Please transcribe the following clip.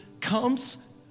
comes